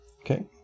Okay